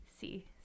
see